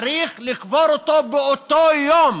צריך לקבור אותו באותו היום.